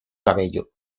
cabello